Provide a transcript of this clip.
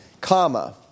comma